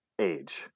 age